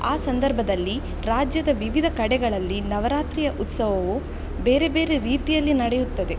ಆ ಸಂದರ್ಭದಲ್ಲಿ ರಾಜ್ಯದ ವಿವಿಧ ಕಡೆಗಳಲ್ಲಿ ನವರಾತ್ರಿಯ ಉತ್ಸವವು ಬೇರೆ ಬೇರೆ ರೀತಿಯಲ್ಲಿ ನಡೆಯುತ್ತದೆ